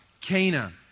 Cana